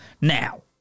now